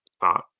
thought